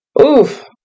Oof